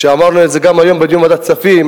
אמרנו את זה גם היום בדיון בוועדת הכספים,